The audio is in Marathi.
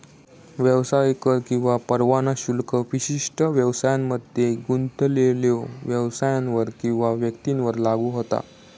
व्यवसाय कर किंवा परवाना शुल्क विशिष्ट व्यवसायांमध्ये गुंतलेल्यो व्यवसायांवर किंवा व्यक्तींवर लागू होता